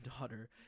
daughter